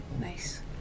Nice